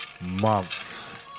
month